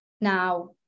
Now